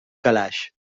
calaix